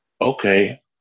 Okay